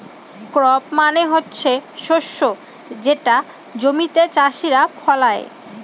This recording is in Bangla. ক্রপ মানে হচ্ছে শস্য যেটা জমিতে চাষীরা ফলায়